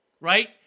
right